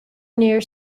near